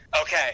Okay